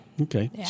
Okay